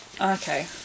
Okay